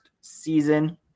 season